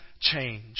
change